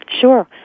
Sure